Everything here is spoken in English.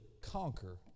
conquer